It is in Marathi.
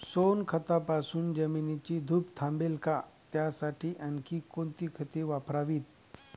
सोनखतापासून जमिनीची धूप थांबेल का? त्यासाठी आणखी कोणती खते वापरावीत?